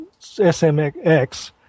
SMX